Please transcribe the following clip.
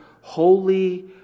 holy